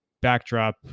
backdrop